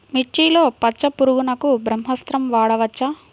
మిర్చిలో పచ్చ పురుగునకు బ్రహ్మాస్త్రం వాడవచ్చా?